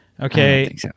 Okay